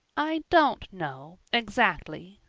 i don't know exactly,